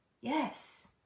yes